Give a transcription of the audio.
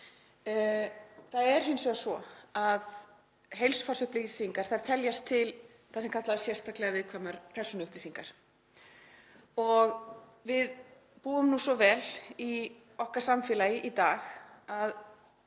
Það er hins vegar svo að heilsufarsupplýsingar teljast til þess sem kallað er sérstaklega viðkvæmar persónuupplýsingar. Við búum svo vel í okkar samfélagi í dag að